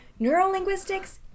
neurolinguistics